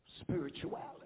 spirituality